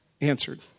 answered